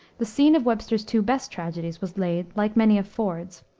the scene of webster's two best tragedies was laid, like many of ford's,